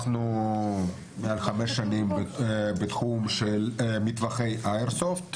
אנחנו מעל חמש שנים בתחום של מטווחי האיירסופט,